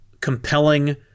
compelling